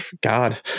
God